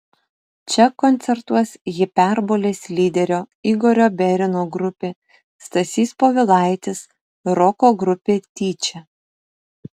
čia koncertuos hiperbolės lyderio igorio berino grupė stasys povilaitis roko grupė tyčia